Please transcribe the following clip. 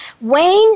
Wayne